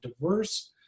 diverse